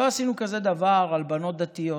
לא עשינו כזה דבר על בנות דתיות,